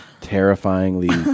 terrifyingly